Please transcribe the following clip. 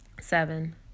seven